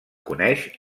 coneix